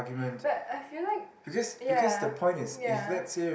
but I feel like ya ya